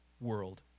world